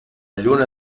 lluna